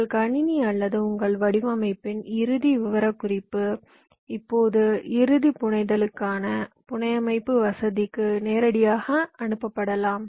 உங்கள் கணினி அல்லது உங்கள் வடிவமைப்பின் இறுதி விவரக்குறிப்பு இப்போது இறுதி புனைகதைக்கான புனையமைப்பு வசதிக்கு நேரடியாக அனுப்பப்படலாம்